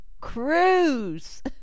cruise